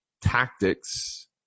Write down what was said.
tactics